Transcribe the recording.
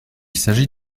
s’agit